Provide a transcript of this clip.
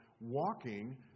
walking